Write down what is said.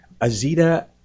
Azita